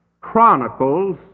Chronicles